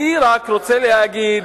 אני רק רוצה להגיד,